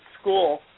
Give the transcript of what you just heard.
school